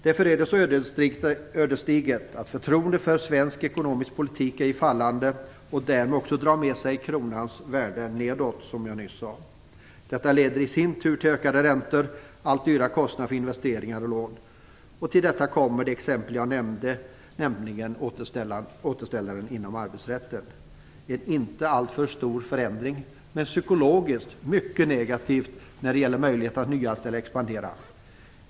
Därför är det så ödesdigert att förtroendet för svensk ekonomisk politik är i fallande. Därmed dras också kronans värde nedåt, som jag nyss sade. Detta leder i sin tur till ökade räntor, allt dyrare kostnader för investeringar och lån. Till detta kommer det exempel som jag nämnde, nämligen återställaren inom arbetsrätten. Det är en inte alltför stor förändring, men psykologiskt är den mycket negativ när det gäller företags möjligheter att nyanställa och expandera.